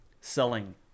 selling